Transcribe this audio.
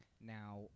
Now